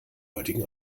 heutigen